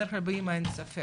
בדרך כלל באמא אין ספק.